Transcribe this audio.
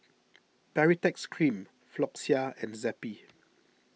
Baritex Bream Floxia and Zappy